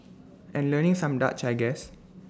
and learning some Dutch I guess